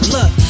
Look